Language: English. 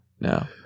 No